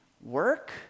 work